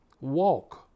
walk